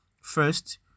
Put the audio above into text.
First